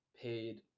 paid